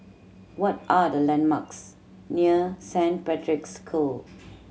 what are the landmarks near Saint Patrick's School